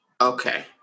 Okay